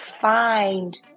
find